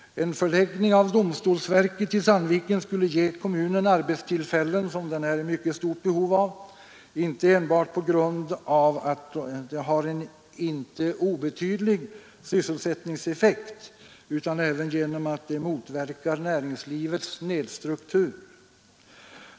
En förläggning av domstolsverket till Sandviken skulle ge kommunen arbetstillfällen, som den är i mycket stort behov av, inte enbart på grund av att dessa arbetstillfällen har en inte obetydlig sysselsättningseffekt utan även därför att de motverkar näringslivets snedstruktur.